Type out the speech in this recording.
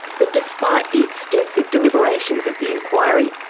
but despite the extensive deliberations of the inquiry,